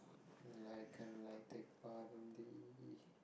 like kinda like take part in the